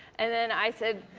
and then i said,